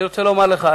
אני רוצה לומר לך,